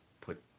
put